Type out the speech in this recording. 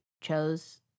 chose